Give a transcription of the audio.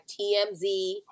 TMZ